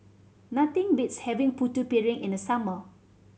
nothing beats having Putu Piring in the summer